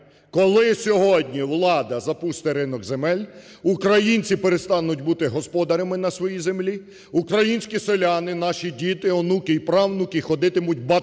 Коли сьогодні влада запустить ринок земель, українці перестануть бути господарями на своїй землі, українські селяни, наші діти, онуки і правнуки ходитимуть батраками